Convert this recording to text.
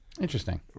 Interesting